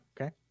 okay